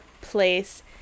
place